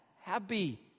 happy